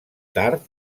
tard